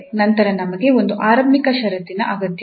ನಂತರ ನಮಗೆ ಒಂದು ಆರಂಭಿಕ ಷರತ್ತಿನ ಅಗತ್ಯವಿದೆ